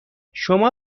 شما